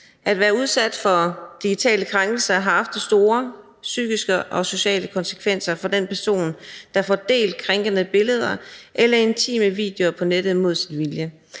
At være udsat for digitale krænkelser har ofte store psykiske og sociale konsekvenser for den person, der får delt krænkende billeder eller intime videoer på nettet mod sin vilje.